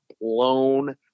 blown